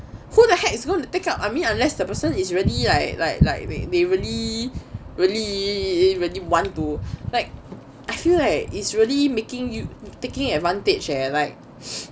who the heck is gonna take up I mean unless the person is already like like like they really really really want to like I feel like it's really making you taking advantage eh like